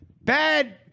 bad